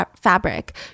fabric